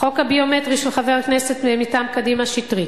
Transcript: החוק הביומטרי של חבר הכנסת מטעם קדימה שטרית.